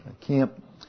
camp